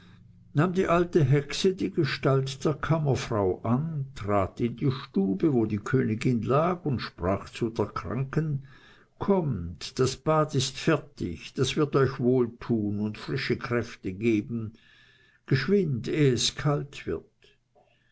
die alte hexe die gestalt der kammerfrau an trat in die stube wo die königin lag und sprach zu der kranken kommt das bad ist fertig das wird euch wohltun und frische kräfte geben geschwind eh es kalt wird